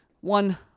One